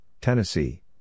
Tennessee